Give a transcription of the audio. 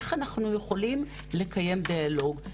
איך אנחנו יכולים לקיים דיאלוג.